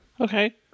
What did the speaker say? Okay